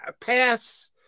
Pass